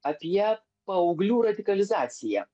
apie paauglių radikalizaciją